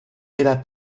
era